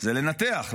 זה לנתח,